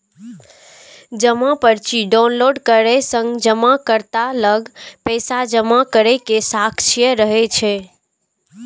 जमा पर्ची डॉउनलोड करै सं जमाकर्ता लग पैसा जमा करै के साक्ष्य रहै छै